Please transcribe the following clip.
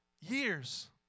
Years